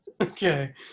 Okay